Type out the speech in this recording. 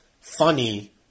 funny